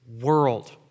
world